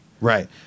Right